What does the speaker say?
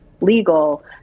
legal